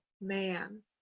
man